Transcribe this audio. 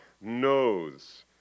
knows